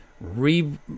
re